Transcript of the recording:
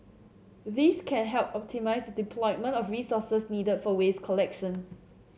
this can help optimise the deployment of resources needed for waste collection